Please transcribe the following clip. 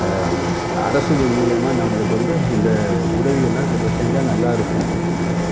அரசு மூலியமாக நம்மளுக்கு வந்து இந்த உதவியெல்லாம் கொஞ்சம் செஞ்சால் நல்லாருக்கும்